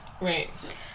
Right